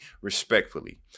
respectfully